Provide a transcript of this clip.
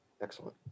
excellent